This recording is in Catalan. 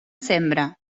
sembra